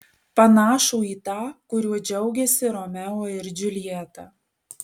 panašų į tą kuriuo džiaugėsi romeo ir džiuljeta